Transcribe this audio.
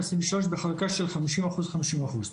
2023 בחלוקה של חמישים אחוז חמישים אחוז.